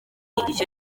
icyo